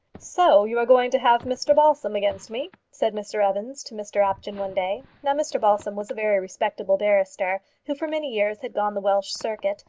so you are going to have mr balsam against me? said mr evans to mr apjohn one day. now mr balsam was a very respectable barrister, who for many years had gone the welsh circuit,